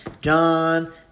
John